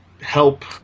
help